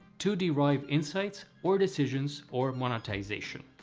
to derive insights or decisions or monetization.